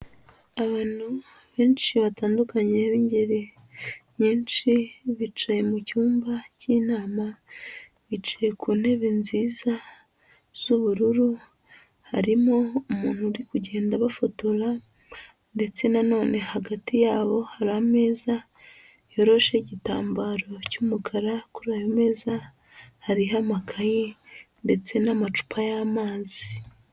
Abantu benshi batandukanye b'ingeri nyinshi, bicaye mu cyumba k'inama, bicaye ku ntebe nziza z'ubururu, harimo umuntu uri kugenda bafotora ndetse na none hagati yabo hari ameza yorosheho igitambaro cy'umukara, kuri ayo meza hari amakaye ndetse n'amacupa y'amazi.